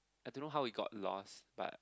I don't know how we got lost but